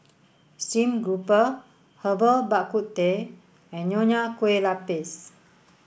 Stream Grouper Herbal Bak Ku Teh and Nonya Kueh Lapis